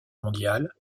mondiale